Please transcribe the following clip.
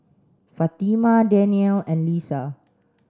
Fatimah Daniel and Lisa